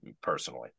personally